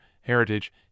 Heritage